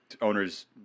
owners